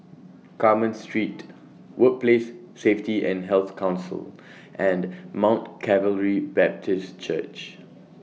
Carmen Street Workplace Safety and Health Council and Mount Calvary Baptist Church